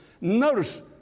Notice